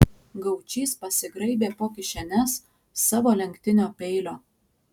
gaučys pasigraibė po kišenes savo lenktinio peilio